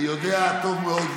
אני יודע טוב מאוד,